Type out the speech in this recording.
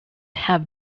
have